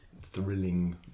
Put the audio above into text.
thrilling